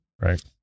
Right